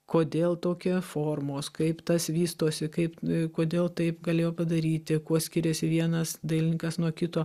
kodėl tokie formos kaip tas vystosi kaip kodėl taip galėjo padaryti kuo skiriasi vienas dailininkas nuo kito